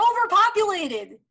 overpopulated